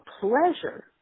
pleasure